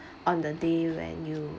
on the day when you